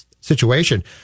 situation